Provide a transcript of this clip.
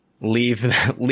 leave